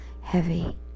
heavy